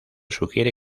sugiere